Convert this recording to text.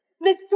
Miss